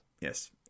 Yes